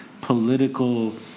political